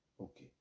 Okay